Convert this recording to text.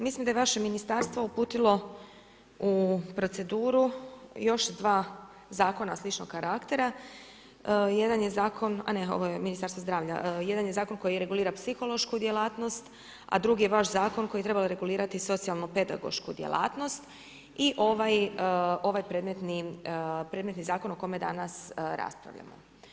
Mislim da je vaše ministarstvo uputilo u proceduru još 2 zakona sličnog karaktera, jedan je zakon, a ne ovo je Ministarstvo zdravlja, jedan je zakon koji regulira psihološku djelatnosti, a drugi je vaš zakon koji treba regulirati socijalnu pedagošku djelatnost i ovaj predmetni zakon o kome danas raspravljamo.